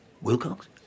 Wilcox